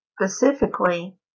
Specifically